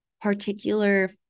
particular